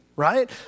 right